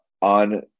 on